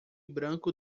branco